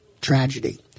tragedy